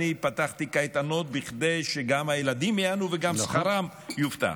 אני פתחתי קייטנות כדי שגם הילדים ייהנו וגם שכרן יובטח.